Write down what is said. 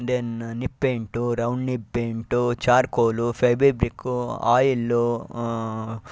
then nib paint round nib paint charcoal fabric oil